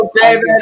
David